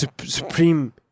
supreme